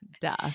Duh